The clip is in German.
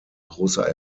großer